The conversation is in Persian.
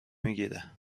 میگیره